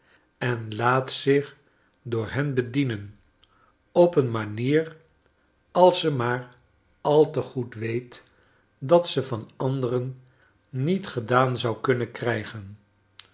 en laat zich door hen bedienen op een manier als ze maar al te goed weet dat ze van anderen niet gedaan zou kunnen k'rijgen